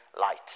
light